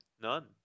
None